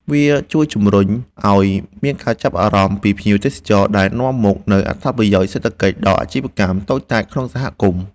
វាជួយជំរុញឱ្យមានការចាប់អារម្មណ៍ពីភ្ញៀវទេសចរ ដែលនាំមកនូវអត្ថប្រយោជន៍សេដ្ឋកិច្ចដល់អាជីវកម្មតូចតាចក្នុងសហគមន៍។